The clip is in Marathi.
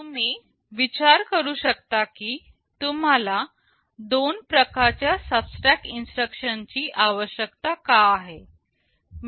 तुम्ही विचारू शकता की तुम्हाला दोन प्रकारच्या सबट्रॅक्ट इन्स्ट्रक्शन ची आवश्यकता का आहे